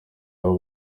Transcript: aho